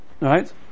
Right